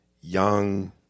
young